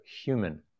human